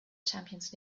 champions